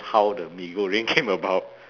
how the mee goreng came about